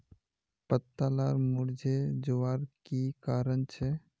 पत्ता लार मुरझे जवार की कारण छे?